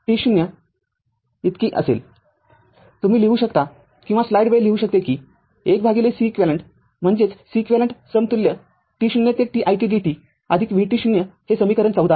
तुम्ही लिहू शकता किंवा स्लाईड वेळ लिहू शकते कि १Ceqम्हणजेच Ceq समतुल्य t0 ते t it dt vt0 हे समीकरण १४ आहे